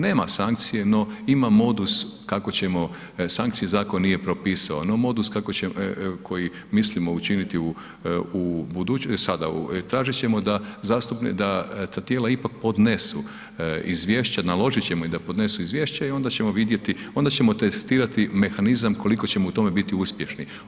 Nema sankcije, no ima modus kako ćemo sankcije zakon nije propisao, no modus koji mislimo učiniti u budućnosti, sada, tražit ćemo da ta tijela ipak podnesu izvješća, naložit ćemo da podnesu izvješće i onda ćemo vidjeti, onda ćemo testirati mehanizam koliko ćemo u tome biti uspješni.